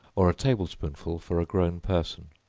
or a table-spoonful for a grown person.